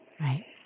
Right